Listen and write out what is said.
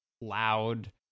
loud